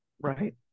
Right